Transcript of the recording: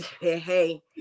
Hey